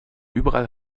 überall